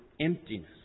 emptiness